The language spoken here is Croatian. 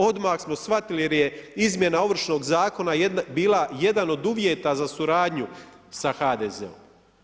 Odmah smo shvatili jer je izmjena Ovršnog zakona bila jedan od uvjeta za suradnju sa HDZ-om.